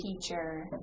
teacher